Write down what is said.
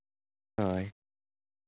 ᱦᱳᱭ